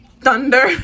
thunder